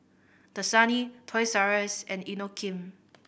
Dasani Toys R Us and Inokim